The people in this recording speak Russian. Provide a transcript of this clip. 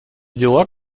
дела